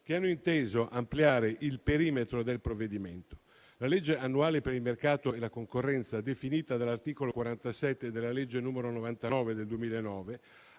che hanno inteso ampliare il perimetro del provvedimento. La legge annuale per il mercato e la concorrenza, definita dall'articolo 47 della legge n. 99 del 2009,